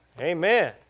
Amen